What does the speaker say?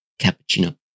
cappuccino